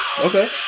Okay